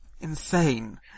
insane